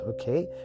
okay